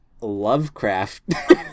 Lovecraft